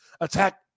attack